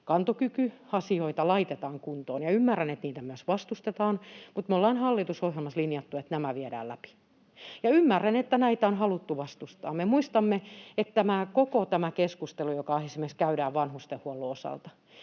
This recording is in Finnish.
kantokykyasioita laitetaan kuntoon, ja ymmärrän, että niitä myös vastustetaan, mutta me ollaan hallitusohjelmassa linjattu, että nämä viedään läpi. Ja ymmärrän, että näitä on haluttu vastustaa. Me muistamme, että esimerkiksi koko tämä keskustelu, joka käydään vanhustenhuollon osalta,